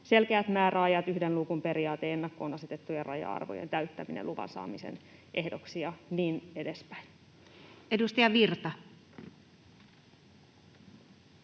selkeät määräajat, yhden luukun periaate, ennakkoon asetettujen raja-arvojen täyttäminen luvan saamisen ehdoksi ja niin edespäin? [Speech 263]